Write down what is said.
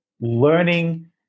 learning